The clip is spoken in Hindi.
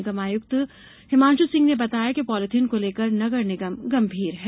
निगम आयुक्त हिमांश् सिंह ने बताया कि पॉलिथीन को लेकर नगर निगम गंभीर है